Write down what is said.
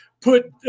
put